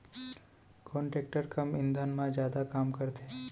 कोन टेकटर कम ईंधन मा जादा काम करथे?